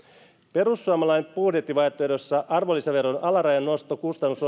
perussuomalaisten budjettivaihtoehdossa arvonlisäveron alarajan noston kustannus